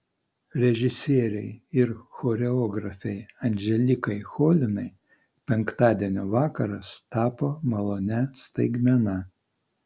režisierei ir choreografei anželikai cholinai penktadienio vakaras tapo malonia staigmena